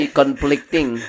conflicting